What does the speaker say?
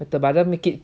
but I just make it